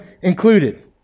included